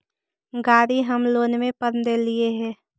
गाड़ी हम लोनवे पर लेलिऐ हे?